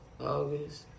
August